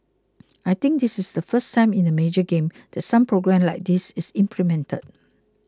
I think this is the first time in a major game that some programme like this is implemented